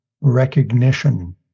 recognition